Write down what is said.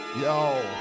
yo